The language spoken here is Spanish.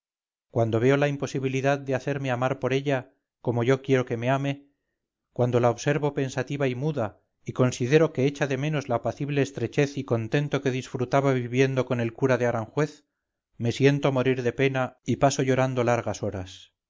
cuando veo la imposibilidad de hacerme amar por ella como yo quiero que me ame cuando la observo pensativa y muda y considero que echa de menos la apacible estrechez y contento que disfrutaba viviendo con el cura de aranjuez me siento morir de pena y paso llorando largas horas